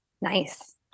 Nice